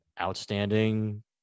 outstanding